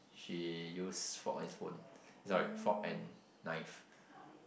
she use fork and spoon sorry fork and knife